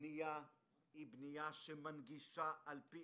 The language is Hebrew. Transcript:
הבנייה מנגישה על פי